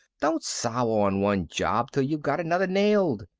don't sour on one job till you've got another nailed.